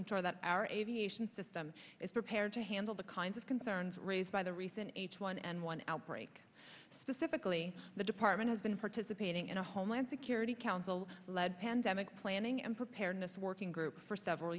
ensure that our aviation system is prepared to handle the kinds of concerns raised by the recent h one n one outbreak specifically the department has been participating in a homeland security council led pandemic planning and preparedness working group for several